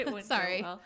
Sorry